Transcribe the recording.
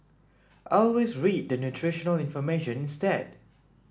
always read the nutritional information instead